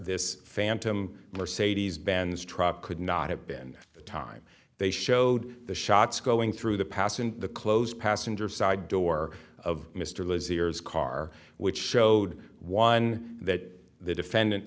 this phantom mercedes benz truck could not have been the time they showed the shots going through the pass and the close passenger side door of mr liz ears car which showed one that the defendant